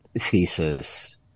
thesis